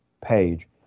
page